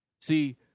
See